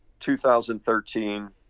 2013